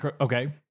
okay